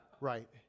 right